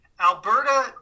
Alberta